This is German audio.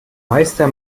meister